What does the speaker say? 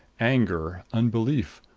anger, unbelief,